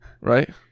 Right